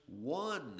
one